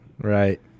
Right